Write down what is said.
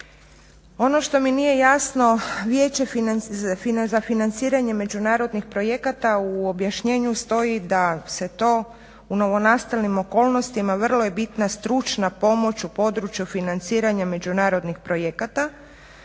Ono što mi nije jasno Vijeće za financiranje međunarodnih projekata u objašnjenju stoji da se to u novonastalim okolnostima vrlo je bitna stručna pomoć u području financiranja međunarodnih projekata